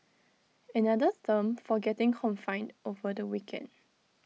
another term for getting confined over the weekend